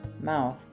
mouth